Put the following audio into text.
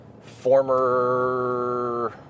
Former